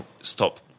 stop